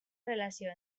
relació